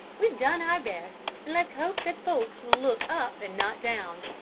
we've done our best, and let's hope that folks will look up and not down.